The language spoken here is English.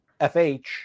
FH